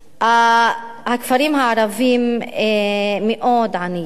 הכפרים הערביים מאוד עניים